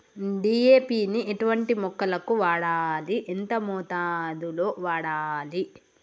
DAP ని ఎటువంటి మొక్కలకు వాడాలి? ఎంత మోతాదులో వాడాలి?